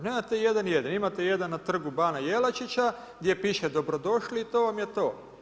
Nemate jedan jedini, imate jedan na Trgu bana Jelačića gdje piše „Dobrodošli“ i to vam je to.